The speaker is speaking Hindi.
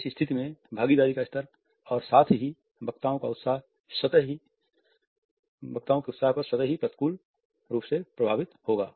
इस स्थिति में भागीदारी का स्तर और साथ ही वक्ताओं का उत्साह स्वतः ही प्रतिकूल रूप से प्रभावित होगा